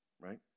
right